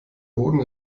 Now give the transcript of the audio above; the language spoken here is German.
boden